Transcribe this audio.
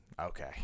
okay